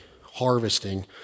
harvesting